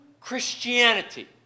Christianity